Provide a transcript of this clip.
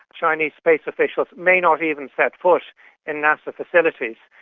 chinese space officials may not even set foot in nasa facilities.